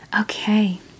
Okay